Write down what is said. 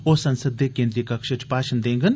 ओह् संसद दे केन्द्री कक्ष च भाशण देङन